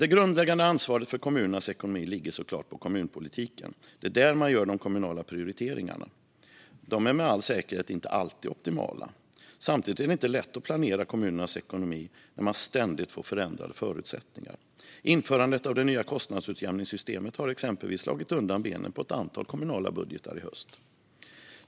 Det grundläggande ansvaret för kommunernas ekonomi ligger såklart på kommunpolitiken. Det är där man gör de kommunala prioriteringarna. De är med all säkerhet inte alltid optimala. Samtidigt är det inte lätt att planera kommunernas ekonomi när man ständigt får förändrade förutsättningar. Införandet av det nya kostnadsutjämningssystemet har exempelvis slagit undan benen på ett antal kommunala budgetar i höst.